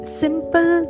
simple